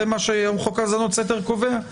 זה מה שהיום חוק האזנות סתר קובע?